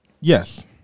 Yes